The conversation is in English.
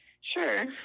Sure